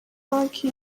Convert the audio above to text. banki